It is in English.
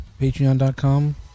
Patreon.com